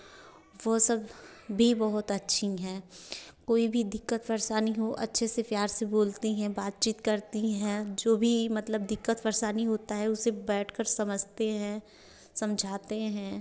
वे सब भी बहुत अच्छी हैं कोई भी दिक्कत परेशानी हो अच्छे से प्यार से बोलती हैं बातचीत करती हैं जो भी मतलब दिक्कत परेशानी होता है उसे बैठ कर समझते हैं समझाते हैं